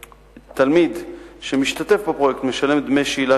תלמיד שמשתתף בפרויקט משלם דמי שאילה